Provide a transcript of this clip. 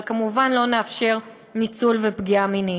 אבל כמובן לא נאפשר ניצול ופגיעה מינית.